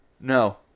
No